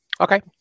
Okay